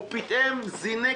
הוא פתאום זינק,